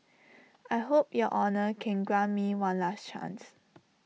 I hope your honour can grant me one last chance